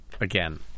again